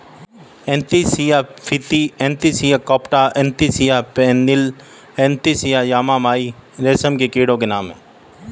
Antheraea frithi Antheraea compta Antheraea pernyi Antheraea yamamai रेशम के कीटो के नाम हैं